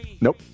Nope